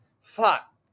Fuck